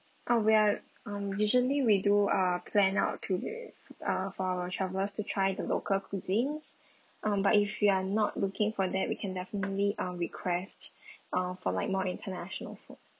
oh we're um usually we do uh plan out to the uh for our travellers to try the local cuisines um but if you are not looking for that we can definitely uh request uh for like more international food